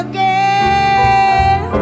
Again